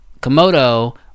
komodo